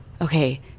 okay